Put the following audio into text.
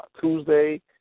Tuesday